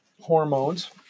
hormones